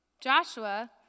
Joshua